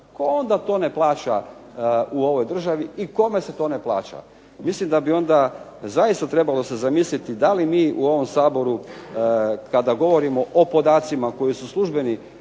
Tko onda to ne plaća u ovoj državi i kome se to ne plaća? Mislim da bi onda zaista trebalo se zamisliti da li mi u ovom Saboru kada govorimo o podacima koji su službeni